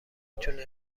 تونه